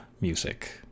music